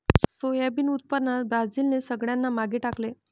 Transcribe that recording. soybean उत्पादनात ब्राझीलने सगळ्यांना मागे टाकले